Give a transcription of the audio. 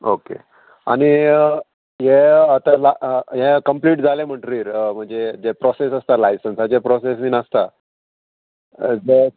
okay आनी हे आतां हे कंप्लीट जाले म्हणटरीर म्हणजे जे प्रोसेस आसता लायसंसाचे प्रोसेस बीन आसता जे